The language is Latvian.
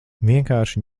vienkārši